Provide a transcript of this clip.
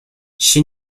she